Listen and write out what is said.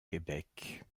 québec